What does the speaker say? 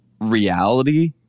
reality